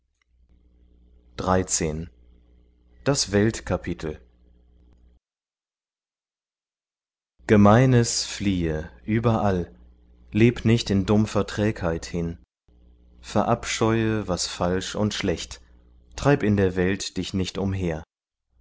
gemeines fliehe überall leb nicht in dumpfer trägheit hin verabscheue was falsch und schlecht treib in der welt dich nicht umher